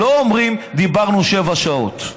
הם לא אומרים: דיברנו שבע שעות.